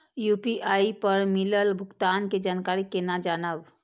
UPI पर मिलल भुगतान के जानकारी केना जानब?